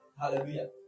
Hallelujah